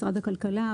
משרד הכלכלה,